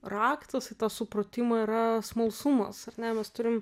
raktas į tą supratimą yra smalsumas ar ne mes turim